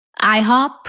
IHOP